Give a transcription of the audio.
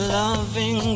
loving